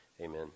Amen